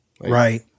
Right